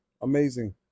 Amazing